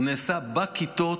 הוא נעשה בכיתות,